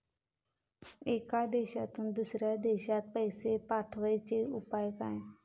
एका देशातून दुसऱ्या देशात पैसे पाठवचे उपाय काय?